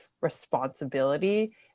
responsibility